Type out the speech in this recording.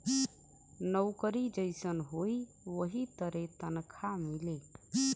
नउकरी जइसन होई वही तरे तनखा मिली